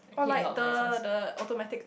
or like the the automatic